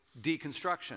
deconstruction